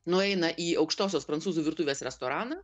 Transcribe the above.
nueina į aukštosios prancūzų virtuvės restoraną